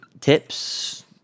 tips